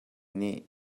nih